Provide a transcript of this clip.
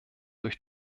durch